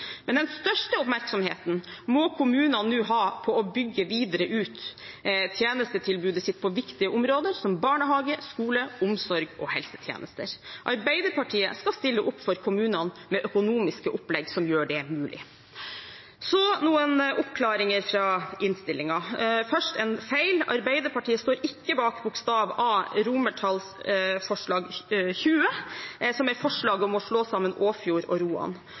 Men den største oppmerksomheten må kommunene nå ha på å bygge videre ut tjenestetilbudet sitt på viktige områder som barnehage, skole, omsorg og helsetjenester. Arbeiderpartiet skal stille opp for kommunene med økonomiske opplegg som gjør det mulig. Så noen oppklaringer fra innstillingen. Først en feil. Arbeiderpartiet står ikke bak A. XX, som er forslag om å slå sammen Åfjord og Roan.